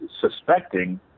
suspecting